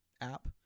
app